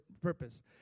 purpose